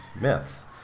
myths